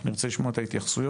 אני רוצה לשמוע את ההתייחסויות.